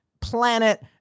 planet